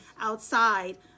outside